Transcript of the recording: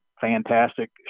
fantastic